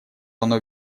оно